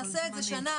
נעשה את זה שנה,